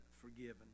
forgiven